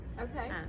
Okay